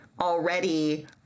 already